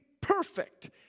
perfect